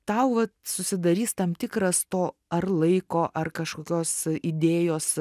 tau vat susidarys tam tikras to ar laiko ar kažkokios idėjos